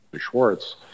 Schwartz